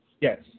Yes